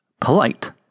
Polite